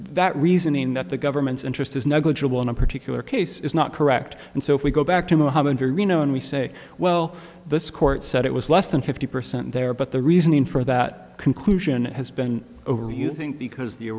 that reasoning that the government's interest is negligible in a particular case is not correct and so if we go back to mohammed or you know and we say well this court said it was less than fifty percent there but the reasoning for that conclusion has been over you think because the